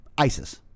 Isis